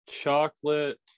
chocolate